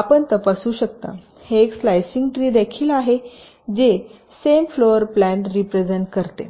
आपण तपासू शकता हे एक स्लाइसिंग ट्री देखील आहे जे सेम फ्लोर प्लॅन रिप्रेझेन्ट करते